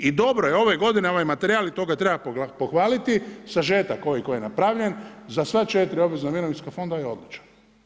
I dobro je, ove godine ovaj materijal i to ga treba pohvaliti, sažetak ovaj koji je napravljen za sva 4 obvezna mirovinska fonda je odličan.